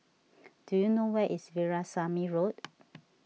do you know where is Veerasamy Road